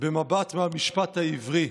במבט מהמשפט העברי,